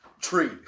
tree